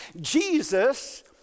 Jesus